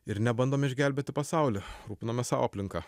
ir nebandom išgelbėti pasaulį rūpinamės savo aplinka